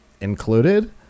included